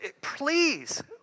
please